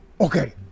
Okay